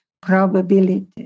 probability